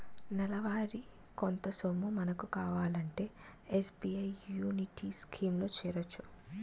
నెలవారీ కొంత సొమ్ము మనకు కావాలంటే ఎస్.బి.ఐ యాన్యుటీ స్కీం లో చేరొచ్చు